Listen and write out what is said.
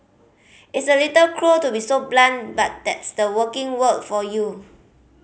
it's a little cruel to be so blunt but that's the working world for you